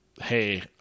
hey